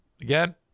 again